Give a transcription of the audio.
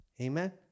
amen